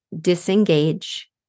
disengage